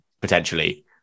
potentially